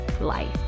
life